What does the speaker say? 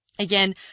Again